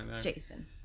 Jason